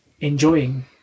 enjoying